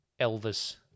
Elvis